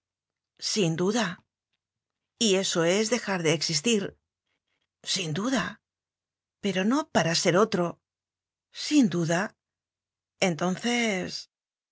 sin duda y eso es dejar de existir sin duda pero no para ser otro sin duda entonces